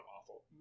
awful